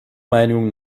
meinung